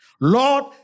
Lord